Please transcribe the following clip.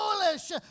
foolish